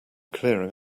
clearing